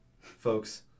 folks